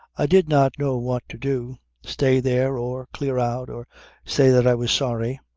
i did not know what to do stay there, or clear out, or say that i was sorry.